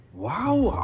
wow!